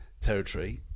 territory